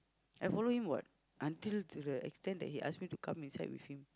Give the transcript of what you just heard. I follow him what until to the extent that he ask me to come inside with him